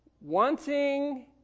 Wanting